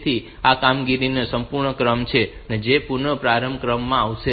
તેથી આ કામગીરીનો સંપૂર્ણ ક્રમ છે જે પુનઃપ્રારંભ ક્રમમાં કરવામાં આવે છે